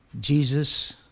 Jesus